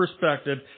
perspective